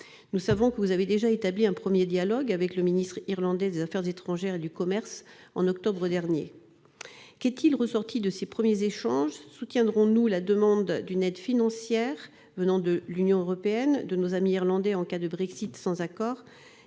Nous savons que vous avez déjà établi un premier dialogue avec le ministre irlandais des affaires étrangères et du commerce en octobre dernier. Qu'est-il ressorti de ces premiers échanges ? Soutiendrons-nous la demande d'une aide financière de l'Union européenne en cas de Brexit sans accord